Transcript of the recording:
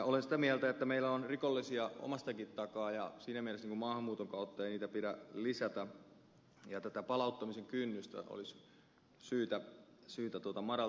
olen sitä mieltä että meillä on rikollisia omastakin takaa ja siinä mielessä maahanmuuton kautta ei rikollisuutta pidä lisätä ja tätä palauttamisen kynnystä olisi syytä madaltaa